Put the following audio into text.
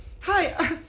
Hi